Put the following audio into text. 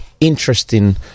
interesting